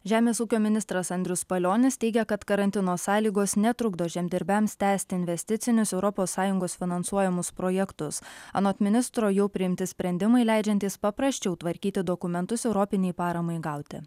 žemės ūkio ministras andrius palionis teigia kad karantino sąlygos netrukdo žemdirbiams tęsti investicinius europos sąjungos finansuojamus projektus anot ministro jau priimti sprendimai leidžiantys paprasčiau tvarkyti dokumentus europinei paramai gauti